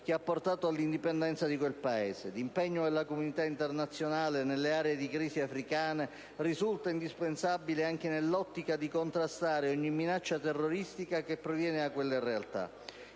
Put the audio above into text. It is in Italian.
che ha portato all'indipendenza di quel Paese. L'impegno della comunità internazionale nelle aree di crisi africane risulta indispensabile anche nell'ottica di contrastare ogni minaccia terroristica che proviene da quelle realtà.